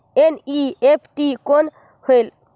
NEFT कौन होएल?